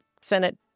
Senate